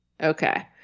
Okay